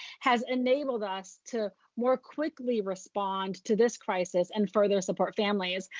has enabled us to more quickly respond to this crisis and further support families.